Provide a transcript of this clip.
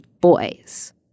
boys